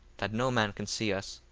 that no man can see us,